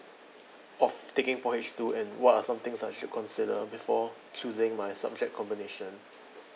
of taking four H two and what are something so I should consider before choosing my subject combination